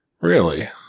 Really